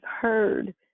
heard